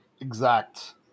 exact